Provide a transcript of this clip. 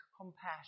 compassion